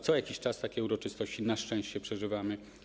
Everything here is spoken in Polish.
Co jakiś czas takie uroczystości na szczęście przeżywamy.